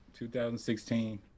2016